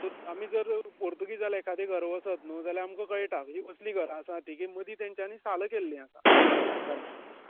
so आमी जर पोर्तुगीजाल्या एकाद्या घरा वसत न्हू जाल्यार आमकां कळटा म्हणजे असलीं घरां आसा तीं की मदीं तेंच्यानी साला केल्लीं आसा घरान